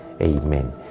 Amen